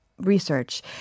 research